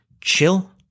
chill